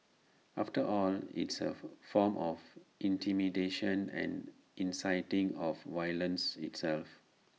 after all it's A form of intimidation and inciting of violence itself